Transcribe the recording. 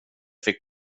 fick